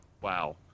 Wow